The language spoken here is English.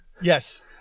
Yes